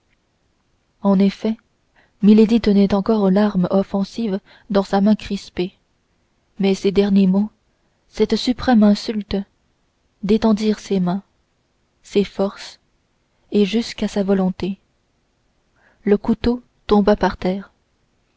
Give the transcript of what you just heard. en effet milady tenait encore l'arme offensive dans sa main crispée mais ces derniers mots cette suprême insulte détendirent ses mains ses forces et jusqu'à sa volonté le couteau tomba par terre